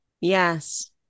Yes